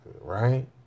right